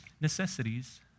necessities